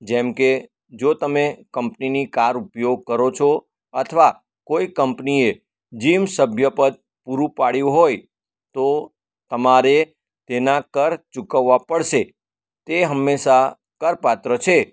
જેમ કે જો તમે કંપનીની કારનો ઉપયોગ કરો છો અથવા કોઈ કંપનીએ જિમ સભ્યપદ પૂરું પાડ્યું હોય તો તમારે તેના માટે કર ચૂકવવો પડશે તે હંમેશા કરપાત્ર છે